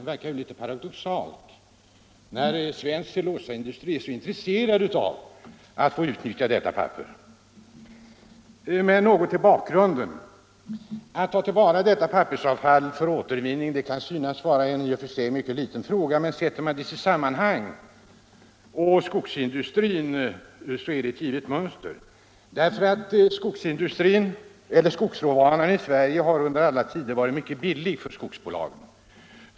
Det verkar ju litet paradoxalt, när svensk cellulosaindustri är så intresserad av att få utnyttja detta papper. Vi kan titta något på bakgrunden till det hela. Att ta till vara detta pappersavfall för återvinning kan synas vara en i och för sig mycket liten fråga. Men ser man frågan i sammanhang med hela skogsindustrin så finns det ett givet mönster. Skogsråvaran i Sverige har under alla tider varit mycket billig för skogsbolagen.